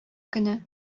көне